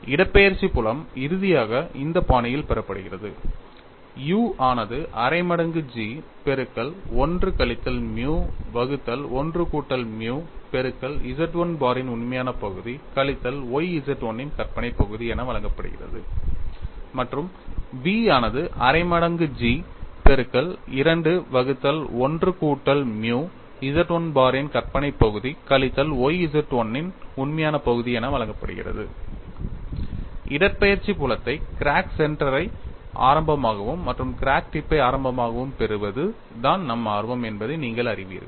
எனவே இடப்பெயர்ச்சி புலம் இறுதியாக இந்த பாணியில் பெறப்படுகிறது u ஆனது அரை மடங்கு G பெருக்கல் 1 கழித்தல் மியூ வகுத்தல் 1 கூட்டல் மியூ பெருக்கல் Z 1 பாரின் உண்மையான பகுதி கழித்தல் y Z 1 இன் கற்பனை பகுதி என வழங்கப்படுகிறது மற்றும் v ஆனது அரை மடங்கு G பெருக்கல் 2 வகுத்தல் 1 கூட்டல் மியூ Z 1 பாரின் கற்பனை பகுதி கழித்தல் y Z 1 இன் உண்மையான பகுதி என வழங்கப்படுகிறது இடப்பெயர்ச்சி புலத்தை கிராக் சென்டரை ஐ ஆரம்பமாகவும் மற்றும் கிராக் டிப் ஐ ஆரம்பமாகவும் பெறுவது தான் நம் ஆர்வம் என்பதை நீங்கள் அறிவீர்கள்